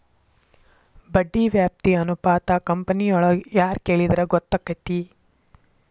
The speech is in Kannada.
ಬಡ್ಡಿ ವ್ಯಾಪ್ತಿ ಅನುಪಾತಾ ಕಂಪನಿಯೊಳಗ್ ಯಾರ್ ಕೆಳಿದ್ರ ಗೊತ್ತಕ್ಕೆತಿ?